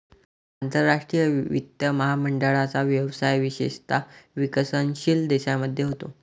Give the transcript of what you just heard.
आंतरराष्ट्रीय वित्त महामंडळाचा व्यवसाय विशेषतः विकसनशील देशांमध्ये होतो